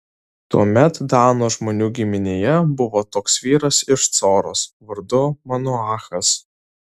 tuomet dano žmonių giminėje buvo toks vyras iš coros vardu manoachas